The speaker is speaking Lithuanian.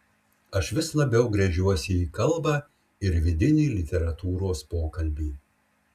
aš vis labiau gręžiuosi į kalbą ir vidinį literatūros pokalbį